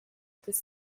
this